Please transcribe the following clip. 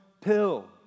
pill